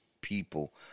people